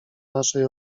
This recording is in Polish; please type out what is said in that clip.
naszej